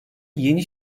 yeni